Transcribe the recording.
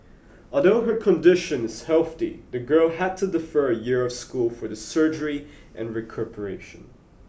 although her condition is healthy the girl had to defer a year of school for the surgery and recuperation